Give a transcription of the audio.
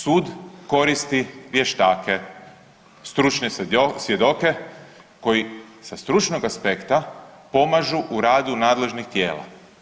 Sud koristi vještake, stručne svjedoke koji sa stručnog aspekta pomažu u radu nadležnih tijela.